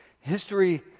History